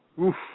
Oof